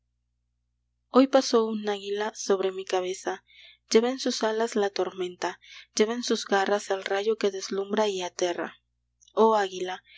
hoy pasó un águila sobre mi cabeza lleva en sus alas la tormenta lleva en sus garras el rayo que deslumbra y aterra oh águila